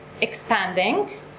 expanding